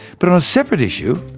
but on a separate issue,